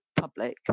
public